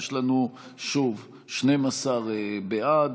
יש לנו שוב 12 בעד,